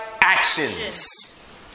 actions